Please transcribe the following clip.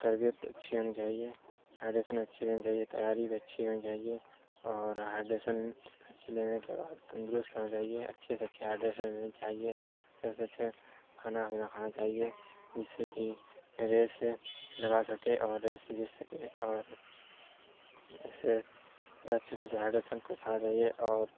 تربیت اچھی ہونی چاہیے ہائیڈریسن اچھی لینی چاہیے تیاری بھی اچھی ہونی چاہیے اور ہائیڈریسن اچھی لینے کے بعد تندرست ہونا چاہیے اچھے سے اچھے ہائیڈریسن لینی چاہیے اچھے سے اچھے کھانا پینا کھانا چاہیے جس سے کہ ریس لگا سکے اور ریس جیت سکے اور اسے اچھے سے ہائیڈریسن کو کھانا چاہیے اور